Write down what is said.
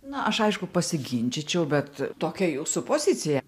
na aš aišku pasiginčyčiau bet tokia jūsų pozicija